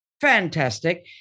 fantastic